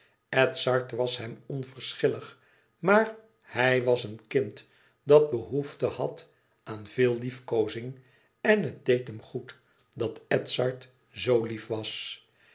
edzard was hem onverschillig maar hij was een kind dat behoefte had aan veel liefkoozing en het deed hem goed dat edzard zoo lief was